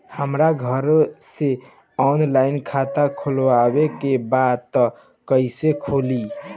हमरा घरे से ऑनलाइन खाता खोलवावे के बा त कइसे खुली?